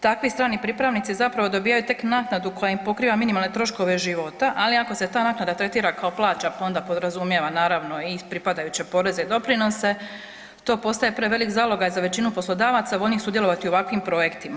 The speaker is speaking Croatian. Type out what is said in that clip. Takvi strani pripravnici zapravo dobijaju tek naknadu koja im pokriva minimalne troškove života, ali ako se ta naknada tretira kao plaća, pa onda podrazumijeva naravno i pripadajuće poreze i doprinose, to postaje prevelik zalogaj za većinu poslodavaca voljnih sudjelovati u ovakvim projektima.